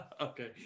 Okay